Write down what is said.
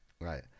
Right